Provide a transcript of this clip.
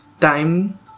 Time